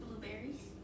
Blueberries